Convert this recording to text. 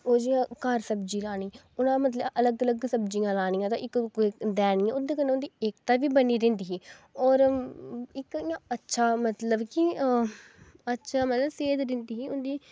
ओह् जि'यां घर सब्जी लानी ओह्दा मतलब कि अलग अलग सब्जियां लानियां ते इक दूऐ ई देनी ते ओह्दे कन्नै उंदी एकता बी बनी रैहंदी ही होर इक इ'यां अच्छा मतलब कि अच्छा मतलब सेह्त रैंहदी ही